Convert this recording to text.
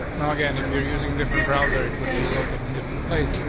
now again, if you're using different browser, it would be locating different place.